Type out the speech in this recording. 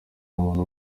muntu